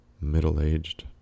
middle-aged